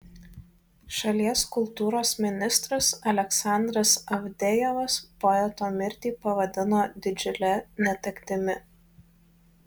šalies kultūros ministras aleksandras avdejevas poeto mirtį pavadino didžiule netektimi